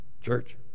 church